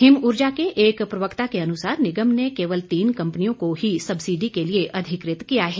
him Urja के एक प्रवक्ता के अनुसार निगम ने केवल तीन कंपनियों को ही सब्सिडी के लिए अधिकृत किया है